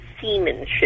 seamanship